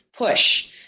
push